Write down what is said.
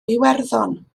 iwerddon